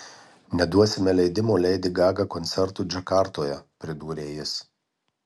neduosime leidimo leidi gaga koncertui džakartoje pridūrė jis